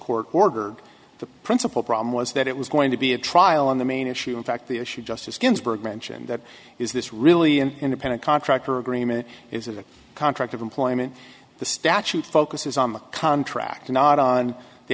court ordered the principle problem was that it was going to be a trial on the main issue in fact the issue justice ginsburg mentioned that is this really an independent contractor agreement is a contract of employment the statute focuses on the contract not on the